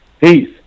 Peace